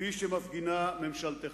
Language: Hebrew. כפי שמפגינה ממשלתך.